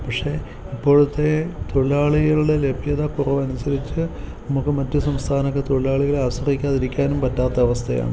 പക്ഷേ ഇപ്പോഴത്തെ തൊഴിലാളികളുടെ ലഭ്യതക്കുറവനുസരിച്ച് നമ്മൾക്ക് മറ്റു സംസ്ഥാനമൊക്കെ തൊഴിലാളികളെ ആശ്രയിക്കാതിരിക്കാനും പറ്റാത്ത അവസ്ഥയാണ്